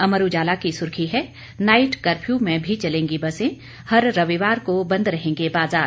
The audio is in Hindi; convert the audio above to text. अमर उजाला की सुर्खी है नाइट कर्फ्यू में भी चलेंगी बसें हर रविवार को बंद रहेंगे बाजार